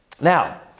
Now